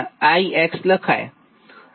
આ સમીકરણ 20 છે